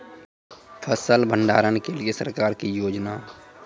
फसल भंडारण के लिए सरकार की योजना?